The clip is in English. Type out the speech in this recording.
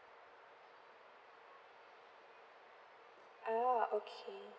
ah okay